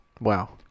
wow